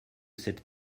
cette